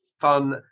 fun